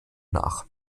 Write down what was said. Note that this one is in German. nach